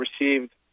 received